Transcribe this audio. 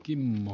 kimmo